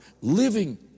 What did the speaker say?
living